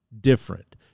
different